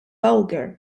vulgar